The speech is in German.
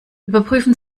überprüfen